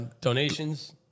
donations